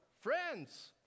friends